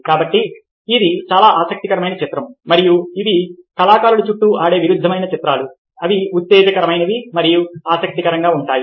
కాబట్టి ఇది చాలా ఆసక్తికరమైన చిత్రం మరియు ఇవి కళాకారులు చుట్టూ ఆడే విరుద్ధమైన చిత్రాలు ఇవి ఉత్తేజకరమైనవి మరియు ఆసక్తికరంగా ఉంటాయి